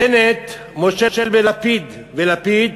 בנט מושל בלפיד, ולפיד